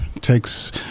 takes